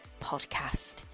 podcast